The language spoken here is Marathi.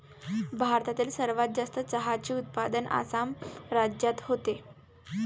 भारतातील सर्वात जास्त चहाचे उत्पादन आसाम राज्यात होते